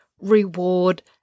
reward